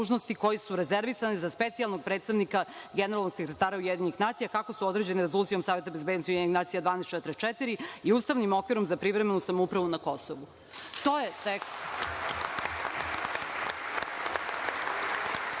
koje su rezervisane za Specijalnog predstavnika Generalnog sekretara UN, kako su određene Rezolucijom Saveta bezbednosti UN 1244 i ustavnim okvirom za privremenu samoupravu na Kosovu“. To je tekst.